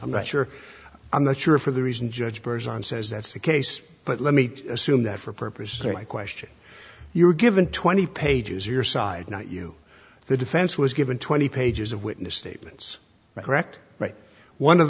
i'm not sure i'm not sure for the reasons judge bers on says that's the case but let me assume that for purposes i question you were given twenty pages your side not you the defense was given twenty pages of witness statements recorrect right one of